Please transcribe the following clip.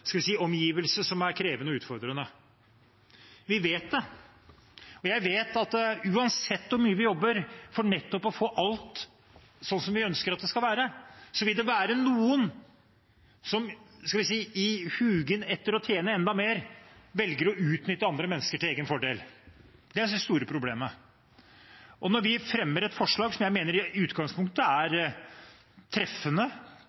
som er krevende og utfordrende. Vi vet det. Jeg vet at uansett hvor mye vi jobber for å få alt slik vi ønsker at det skal være, vil det være noen som, i sin hug til å tjene enda mer, velger å utnytte andre mennesker til egen fordel. Det er det store problemet. Når vi fremmer et forslag som jeg mener i utgangspunktet er